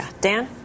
Dan